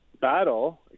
battle